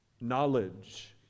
Knowledge